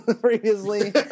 previously